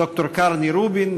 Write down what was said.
ד"ר קרני רובין,